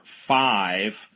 five